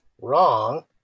wrong